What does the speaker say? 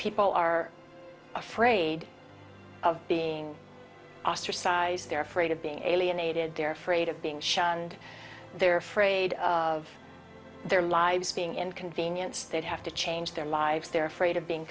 people are afraid of being ostracized they're afraid of being alienated they're afraid of being shunned they're afraid of their lives being inconvenienced they'd have to change their lives they're afraid of being